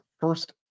first